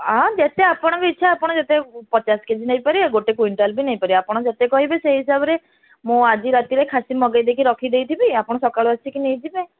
ଆଁ ଯେତେ ଆପଣଙ୍କ ଇଚ୍ଛା ଆପଣ ଯେତେ ପଚାଶ କେଜି ନେଇପାରିବେ ଗୋଟେ କୁଇଣ୍ଟାଲ ବି ନେଇପାରିବେ ଆପଣ ଯେତେ କହିବେ ସେଇ ହିସାବରେ ମୁଁ ଆଜି ରାତିରେ ଖାସି ମଗାଇ ଦେଇକି ରଖିଦେଇଥିବି ଆପଣ ସକାଳୁ ଆସିକି ନେଇଯିବେ